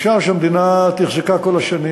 אפשר שהמדינה תחזקה כל השנים,